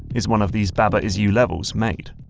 is one of these baba is you levels made?